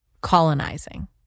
colonizing